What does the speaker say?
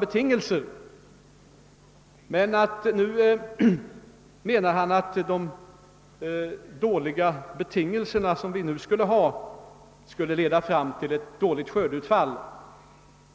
betingelserna varit mycket goda. Men nu menar han att de dåliga betingelser som vi nu skulle ha leder fram till ett dåligt skördeutfall.